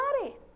body